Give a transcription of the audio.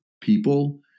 people